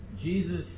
Jesus